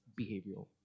behavioral